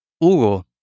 Hugo